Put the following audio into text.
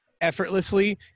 effortlessly